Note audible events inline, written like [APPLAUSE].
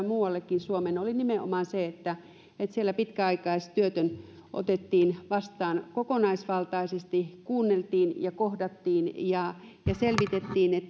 [UNINTELLIGIBLE] muuallekin suomeen oli nimenomaan se että siellä pitkäaikaistyötön otettiin vastaan kokonaisvaltaisesti kuunneltiin ja kohdattiin ja selvitettiin [UNINTELLIGIBLE]